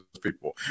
people